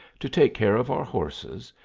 to take care of our horses,